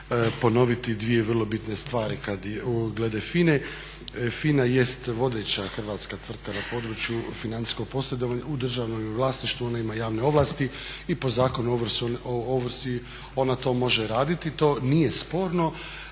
ponoviti dvije vrlo bitne stvari glede FINA-e. FINA jest vodeća hrvatska tvrtka na području financijskog poslovanja u državnom je vlasništvu, ona ima javne ovlasti i po Zakonu o ovrsi ona to može raditi, to nije sporno.